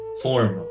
form